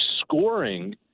scoring